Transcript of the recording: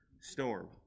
storm